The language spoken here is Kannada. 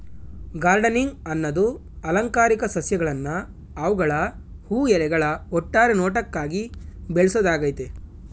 ಗಾರ್ಡನಿಂಗ್ ಅನ್ನದು ಅಲಂಕಾರಿಕ ಸಸ್ಯಗಳ್ನ ಅವ್ಗಳ ಹೂ ಎಲೆಗಳ ಒಟ್ಟಾರೆ ನೋಟಕ್ಕಾಗಿ ಬೆಳ್ಸೋದಾಗಯ್ತೆ